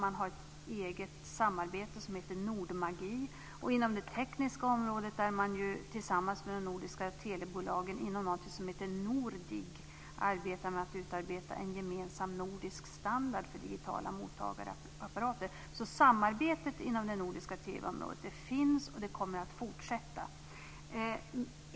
Man har ett eget samarbete som heter Nordmagi, och inom det tekniska området arbetar man tillsammans med de nordiska telebolagen inom någonting som heter Nordig med att utarbeta en gemensam nordisk standard för digitala mottagarapparater. Samarbetet inom det nordiska TV-området finns och kommer att fortsätta.